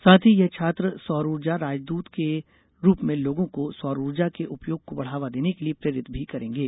साथ ही ये छात्र सौर ऊर्जा राजदृत के रूप में लोगों को सौर ऊर्जा के उपयोग को बढ़ावा देने के लिये प्रेरित भी करेंगे